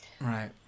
Right